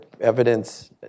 evidence